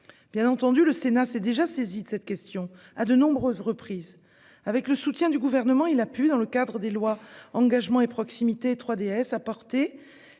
(EPCI). Le Sénat s'est déjà saisi de cette question à de nombreuses reprises. Avec le soutien du Gouvernement, il a pu, dans le cadre des lois Engagement et proximité et 3DS, apporter